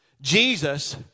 Jesus